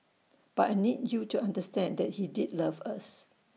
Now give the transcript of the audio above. but I need you to understand that he did love us